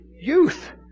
Youth